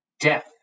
death